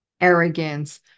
arrogance